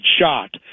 shot